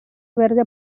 verde